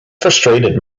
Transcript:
frustrated